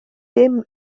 dim